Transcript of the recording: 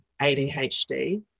ADHD